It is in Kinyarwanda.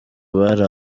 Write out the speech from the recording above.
abari